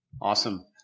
Awesome